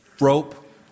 rope